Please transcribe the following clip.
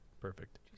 Perfect